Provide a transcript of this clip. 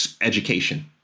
education